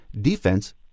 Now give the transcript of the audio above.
defense